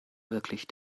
wirklich